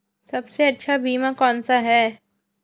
सबसे अच्छा बीमा कौनसा है?